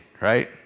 right